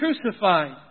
crucified